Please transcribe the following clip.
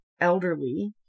elderly